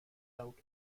out